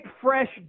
fresh